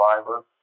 Survivor